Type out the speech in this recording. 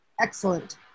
excellent